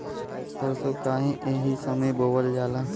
सरसो काहे एही समय बोवल जाला?